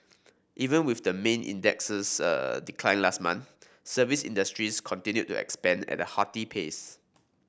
even with the main index's decline last month service industries continued to expand at a hearty pace